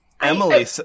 Emily